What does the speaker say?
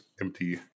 empty